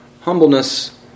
humbleness